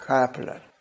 Kaplan